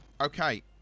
okay